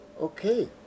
Okay